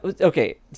okay